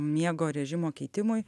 miego rėžimo keitimui